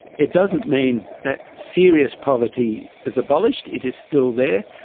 it doesn't mean that serious poverty is abolished, it is still there.